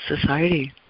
Society